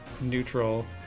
neutral